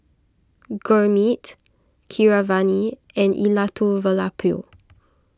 Gurmeet Keeravani and Elattuvalapil